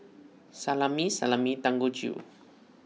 Salami Salami and Dangojiru